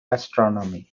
astronomy